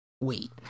wait